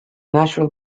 natural